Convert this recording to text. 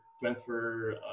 transfer